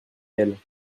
elle